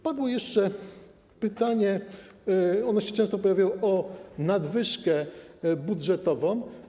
Padło jeszcze pytanie - ono się często pojawiało - o nadwyżkę budżetową.